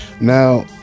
Now